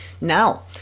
Now